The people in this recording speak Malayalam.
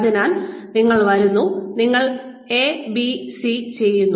അതിനാൽ നിങ്ങൾ വരുന്നു നിങ്ങൾ എ ബി സി ചെയ്യുന്നു